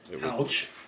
Ouch